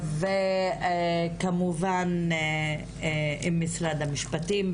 וכמובן עם משרד המשפטים,